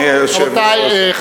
היושב-ראש, רבותי.